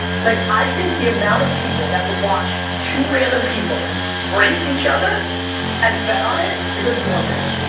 like, i think the amount of people that would watch two random people race each other and bet on it is enormous. well,